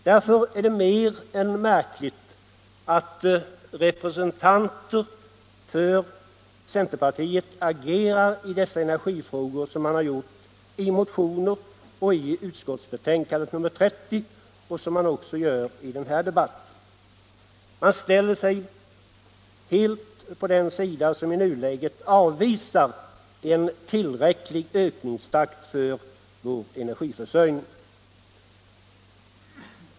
Därför är det mer än märkligt att representanter för centerpartiet agerar i dessa energifrågor som man gjort i motioner, i utskottsbetänkandet och i den här debatten. Man ställer sig helt på den sida som i nuläget avvisar en tillräcklig ökningstakt för vår energiförsörjning.